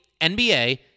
NBA